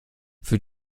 für